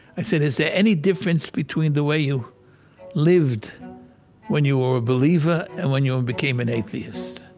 i said, is there any difference between the way you lived when you were a believer and when you and became an atheist?